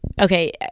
okay